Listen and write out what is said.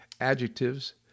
adjectives